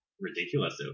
ridiculous